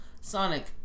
Sonic